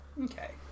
Okay